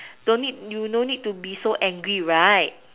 don't need you no need to be so angry right